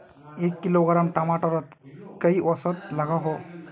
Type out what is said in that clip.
एक किलोग्राम टमाटर त कई औसत लागोहो?